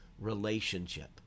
relationship